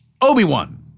Obi-Wan